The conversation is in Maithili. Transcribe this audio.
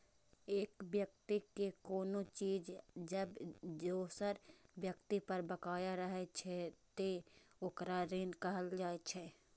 एक व्यक्ति के कोनो चीज जब दोसर व्यक्ति पर बकाया रहै छै, ते ओकरा ऋण कहल जाइ छै